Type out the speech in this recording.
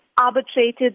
arbitrated